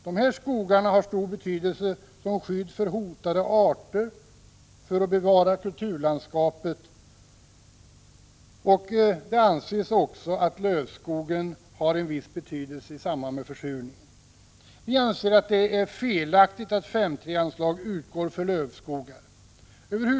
De skogarna har stor betydelse som skydd för hotade arter och för att bevara kulturlandskapet. Det anses också att lövskog har viss betydelse i samband med försurningen. Vi anser att det är felaktigt att 5:3-anslag utgår för lövskogar.